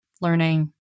learning